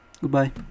goodbye